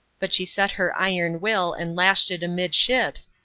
but she set her iron will and lashed it amidships,